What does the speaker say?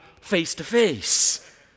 face-to-face